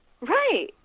Right